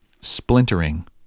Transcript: splintering